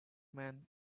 man